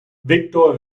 viktor